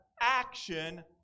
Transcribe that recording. action